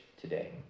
today